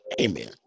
Amen